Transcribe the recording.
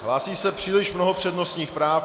Hlásí se příliš mnoho přednostních práv.